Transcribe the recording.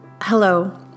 Hello